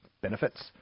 benefits